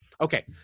Okay